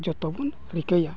ᱡᱚᱛᱚᱵᱚᱱ ᱨᱤᱠᱟᱹᱭᱟ